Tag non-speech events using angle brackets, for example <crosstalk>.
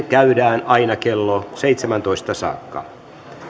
<unintelligible> käydään aina kello seitsemääntoista saakka